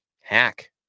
Hack